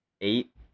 eight